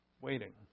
waiting